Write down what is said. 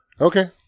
Okay